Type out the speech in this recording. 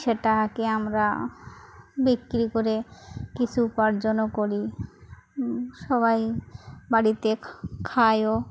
সেটাকে আমরা বিক্রি করে কিছু উপার্জনও করি সবাই বাড়িতে খায়ও